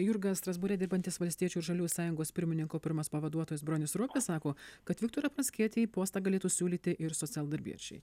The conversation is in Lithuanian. jurga strasbūre dirbantis valstiečių ir žaliųjų sąjungos pirmininko pirmas pavaduotojas bronis ropė sako kad viktorą pranckietį į postą galėtų siūlyti ir socialdarbiečiai